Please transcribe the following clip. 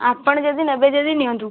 ଆପଣ ଯଦି ନେବେ ଯଦି ନିଅନ୍ତୁ